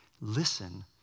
Listen